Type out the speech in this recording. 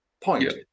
point